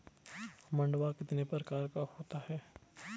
मंडुआ कितने प्रकार का होता है?